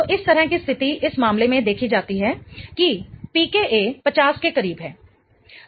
तो इस तरह की स्थिति इस मामले में देखी जाती है कि pKa 50 के करीब है